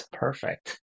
perfect